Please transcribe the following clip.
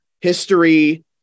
history